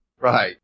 Right